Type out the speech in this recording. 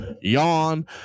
yawn